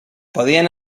podien